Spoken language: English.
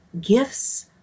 gifts